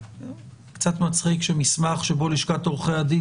קצת מצחיק שמסמך שבו לשכת עורכי הדין